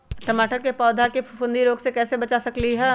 टमाटर के पौधा के फफूंदी रोग से कैसे बचा सकलियै ह?